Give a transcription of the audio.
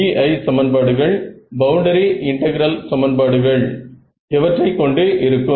BI சமன்பாடுகள் boundary integral எவற்றை கொண்டு இருக்கும்